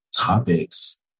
topics